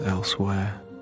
elsewhere